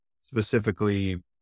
specifically